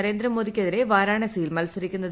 നരേന്ദ്രമോദിക്കെതിരെ വരാണസിയിൽ മൽസരിക്കുന്നത്